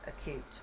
acute